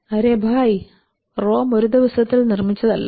അരേ ഭായ് റോം ഒരു ദിവസത്തിൽ നിർമിച്ചതല്ല